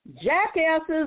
Jackasses